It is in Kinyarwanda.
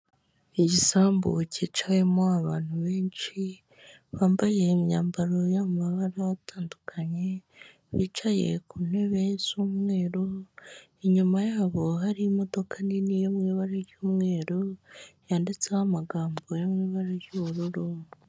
Igisambu cyicawemo abantu benshi, bambaye imyambaro y'amabara atandukanye, bicaye ku ntebe z'umweru, inyuma yabo hari imodoka nini yo mu ibara ry'umweru, yanditseho amagambo yo mu ibara ry'ubururu.